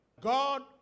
God